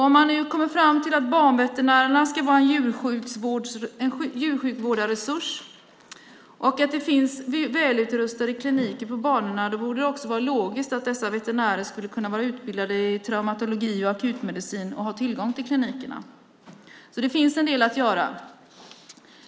Om man kommer fram till att banveterinärerna ska vara en djurskyddsvårdarresurs och att det finns välutrustade kliniker på banorna borde det också vara logiskt att dessa veterinärer skulle kunna vara utbildade i traumatologi och akutmedicin och ha tillgång till klinikerna. Det finns en del att göra.